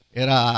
era